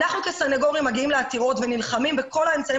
אנחנו כסניגורים מגיעים לעתירות ונלחמים בכל האמצעים